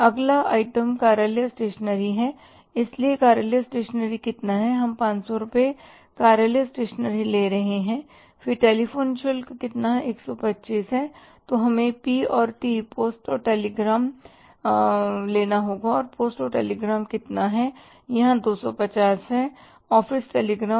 अगला आइटम कार्यालय स्टेशनरी है इसलिए कार्यालय स्टेशनरी कितनी है हम 500 रुपये कार्यालय स्टेशनरी ले रहे हैं और फिर टेलीफोन शुल्क कितना 125 है तो हमें पी और टी पोस्ट और टेलीग्राम लेना होगा और पोस्ट और टेलीग्राम कितना है यहाँ 250 है ऑफ़िस टेलीग्राम